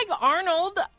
Arnold